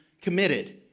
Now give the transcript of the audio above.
committed